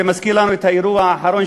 זה מזכיר לנו את האירוע האחרון,